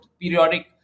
periodic